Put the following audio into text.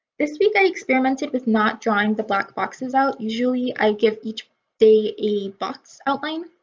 this week i experimented with not drawing the black boxes out. usually i give each day a box outline.